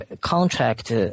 contract